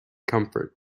comfort